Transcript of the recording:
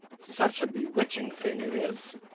such a bewitching thing it is.